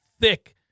thick